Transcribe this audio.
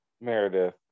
Meredith